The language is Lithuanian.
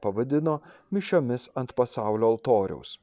pavadino mišiomis ant pasaulio altoriaus